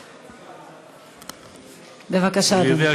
בבקשה, אדוני.